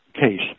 case